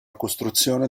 costruzione